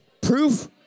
Proof